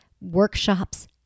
workshops